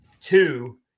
two